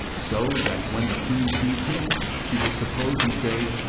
so that when the queen sees him, she will suppose and say,